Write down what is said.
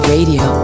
Radio